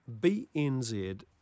BNZ